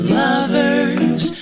lovers